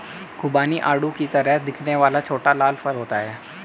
खुबानी आड़ू की तरह दिखने वाला छोटा लाल फल होता है